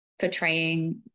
portraying